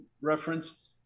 referenced